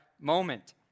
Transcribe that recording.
moment